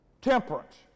Temperance